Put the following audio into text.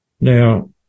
Now